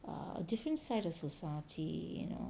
err different sight of society you know